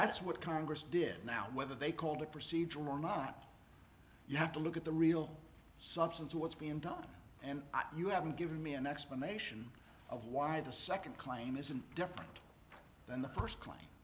that's what congress did now whether they call the procedure or not you have to look at the real substance of what's been done and you haven't given me an explanation of why the second claim isn't different than the first cla